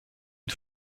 une